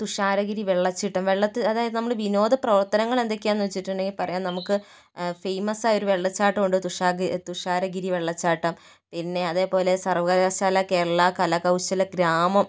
തുഷാരഗിരി വെള്ളച്ചാട്ടം വെള്ളത്തിന് അതായത് നമ്മള് വിനോദ പ്രവർത്തനങ്ങളെന്തൊക്കെയാന്ന് വെച്ചിട്ടുണ്ടെങ്കിൽ പറയാം നമുക്ക് ഫേമസായ ഒരു വെള്ളച്ചാട്ടമുണ്ട് തുഷാഗ തുഷാരഗിരി വെള്ളച്ചാട്ടം പിന്നെ അതേപോലെ സർവ്വകലാശാല കേരളാ കരകൗശല ഗ്രാമം